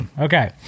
Okay